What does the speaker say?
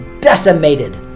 decimated